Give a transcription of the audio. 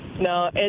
No